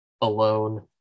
alone